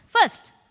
First